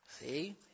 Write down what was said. See